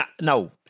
no